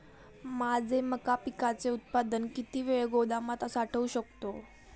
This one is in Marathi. माझे मका पिकाचे उत्पादन किती वेळ गोदामात साठवू शकतो?